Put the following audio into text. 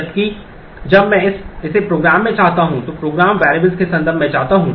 जबकि जब मैं इसे प्रोग्राम में चाहता हूं तो प्रोग्राम वेरिएबल्स के संदर्भ में चाहता हूं